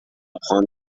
خان